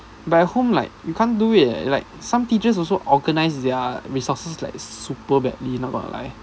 but at home like you can't do it leh like some teachers also organise their resources like super badly now online